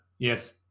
Yes